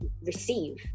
receive